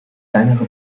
kleinere